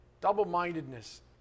Double-mindedness